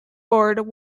board